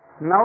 Now